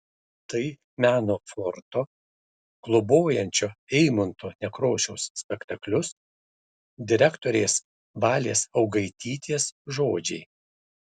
tai meno forto globojančio eimunto nekrošiaus spektaklius direktorės valės augaitytės žodžiai